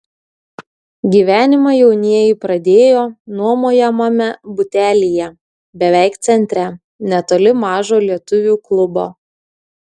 gyvenimą jaunieji pradėjo nuomojamame butelyje beveik centre netoli mažo lietuvių klubo